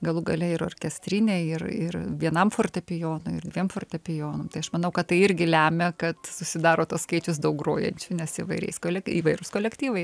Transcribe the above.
galų gale ir orkestrinė ir ir vienam fortepijonui ir dviem fortepijonam tai aš manau kad tai irgi lemia kad susidaro tas skaičius daug grojančių nes įvairiais įvairūs kolektyvai